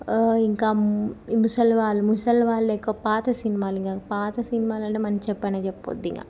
ఇంకా ఈ ముసలి వాళ్ళు ముసలి వాళ్ళు ఎక్కువ పాత సినిమాలు పాత సినిమాలంటే మనం చెప్పనే చెప్పొద్దిగా